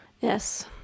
Yes